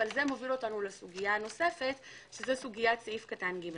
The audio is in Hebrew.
אבל זה מוביל אותנו לסוגיה הנוספת - שזה סוגית סעיף קטן (ג).